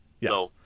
yes